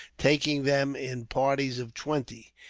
taking them in parties of twenty.